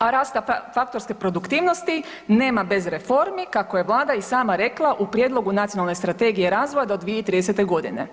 A rasta faktorske produktivnosti nema bez reformi kako je Vlada i sama rekla u prijedlogu Nacionalne strategije razvoja do 2030. godine.